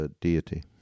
deity